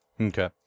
Okay